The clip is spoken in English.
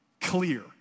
clear